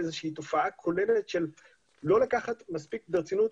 איזה שהיא תופעה כוללת של לא לקחת מספיק ברצינות,